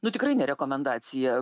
nu tikrai ne rekomendacija